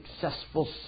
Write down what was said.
successful